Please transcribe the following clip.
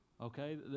Okay